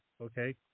okay